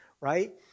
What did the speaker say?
right